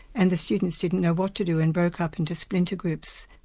and the students didn't know what to do and broke up into splinter groups.